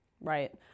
Right